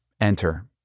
Enter